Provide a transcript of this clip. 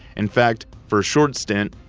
in fact, for a short stint,